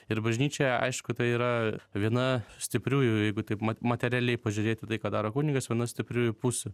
ir bažnyčia aišku tai yra viena stipriųjų jeigu taip mat materialiai pažiūrėti tai ką daro kunigas viena stipriųjų pusių